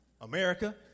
America